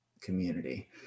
community